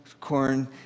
corn